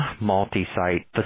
multi-site